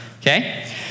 Okay